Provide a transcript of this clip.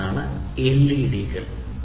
ഇവയാണ് എൽഇഡി കൾ